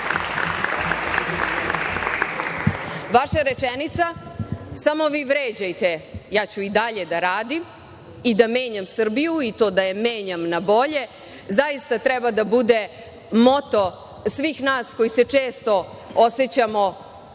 rečenica: „Samo vi vređajte, ja ću i dalje da radim i da menjam Srbiju, i to da je menjam na bolje“, zaista treba da bude moto svih nas koji se često osećamo uvređenim